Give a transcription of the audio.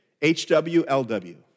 HWLW